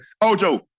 Ojo